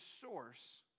source